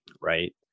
Right